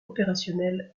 opérationnels